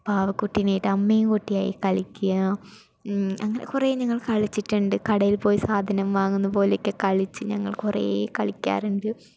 പാവക്കുട്ടീനെയായിട്ട് അമ്മയും കുട്ടിയുമായി കളിക്കുക അങ്ങനെ കുറേ ഞങ്ങൾ കളിച്ചിട്ടുണ്ട് കടയിൽ പോയി സാധനം വാങ്ങുന്നപോലൊയൊക്കെ കളിച്ച് ഞങ്ങൾ കുറേ കളിക്കാറുണ്ട്